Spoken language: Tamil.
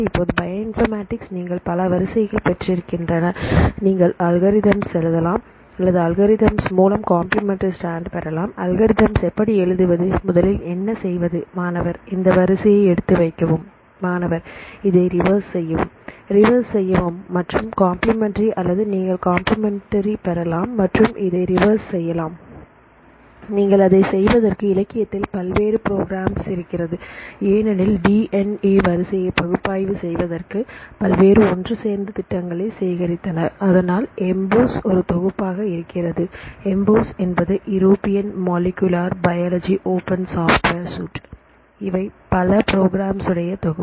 இப்போது பயோ இன்பர்மேட்டிக்ஸ் நீங்கள் பல வரிசைகளை பெற்றிருக்கின்றன நீங்கள் அல்காரிதம் ஸ் எழுதலாம் மற்றும் அல்காரிதம் மூலம் கம்பிளிமெண்டரி ஸ்டாண்ட் பெறலாம் அல்காரிதம் எப்படி எழுதுவது முதலில் என்ன செய்வது மாணவர் இந்த வரிசையை எடுத்து வைக்கவும் மாணவர் இதை ரிவர்ஸ் செய்யவும் ரிவர்ஸ் செய்யவும் மற்றும் கம்பிளிமெண்டரி அல்லது நீங்கள் கம்பிளிமெண்டரி பெறலாம் மற்றும் இதை ரிவர்ஸ் செய்யலாம் நீங்கள் அதை செய்வதற்கு இலக்கியத்தில் பல்வேறு ப்ரோக்ராம்ஸ் இருக்கிறது ஏனெனில் டி என் ஏ வரிசையை பகுப்பாய்வு செய்வதற்கு பல்வேறு ஒன்றுசேர்ந்த திட்டங்களை சேகரித்தன அதனால் எம்போஸ் ஒரு தொகுப்பாக இருக்கிறது எம்போஸ் என்பது European molecular biology open software suite இவை பல ப்ரோக்ராம்ஸ் உடைய தொகுப்பு